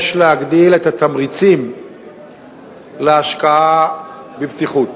יש להגדיל את התמריצים להשקעה בבטיחות.